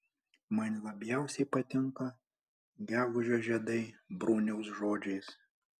man labiausiai patinka gegužio žiedai bruniaus žodžiais